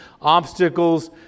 obstacles